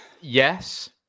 Yes